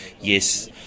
yes